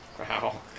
Wow